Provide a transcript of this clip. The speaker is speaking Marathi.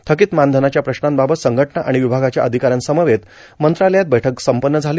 थकीत मानधनाच्या प्रश्नांबाबत संघटना आणि विभागाच्या अधिकाऱ्यांसमवेत मंत्रालयात बैठक संपन्न झाली